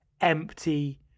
empty